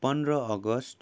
पन्ध्र अगस्त